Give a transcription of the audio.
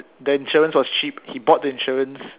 the insurance was cheap he bought the insurance